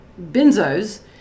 Benzos